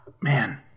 man